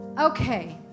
Okay